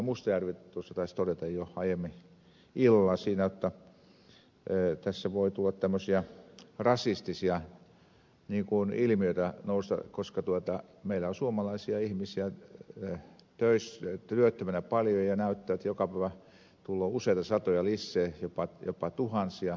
mustajärvi taisi todeta jo aiemmin illalla jotta tässä voi nousta tämmöisiä rasistisia ilmiöitä koska meillä on suomalaisia ihmisiä työttöminä paljon ja näyttää jotta joka päivä tulee useita satoja lisää jopa tuhansia työttömiä